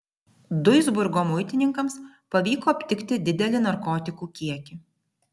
duisburgo muitininkams pavyko aptikti didelį narkotikų kiekį